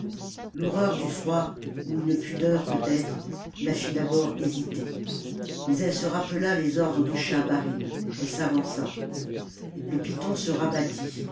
l'horreur du froid ou une pudeur peut-être la fit d'abord hésiter mais elle se rappela les ordres de schahabarim elle s'avança le python se rabattit